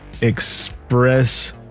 express